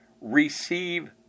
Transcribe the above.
Receive